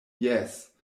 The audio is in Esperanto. jes